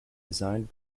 designed